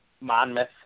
Monmouth